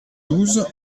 douze